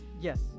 Yes